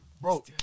bro